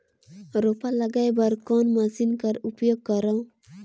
रोपा लगाय बर कोन मशीन कर उपयोग करव?